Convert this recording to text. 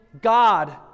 God